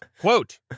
Quote